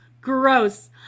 gross